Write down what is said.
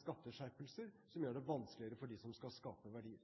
skatteskjerpelser, som gjør det vanskelig for dem som skal skape verdier.